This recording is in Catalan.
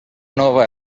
nova